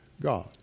God